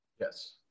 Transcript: Yes